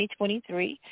2023